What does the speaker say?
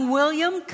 William